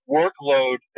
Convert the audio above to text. workload